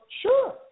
sure